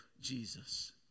Jesus